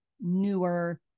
newer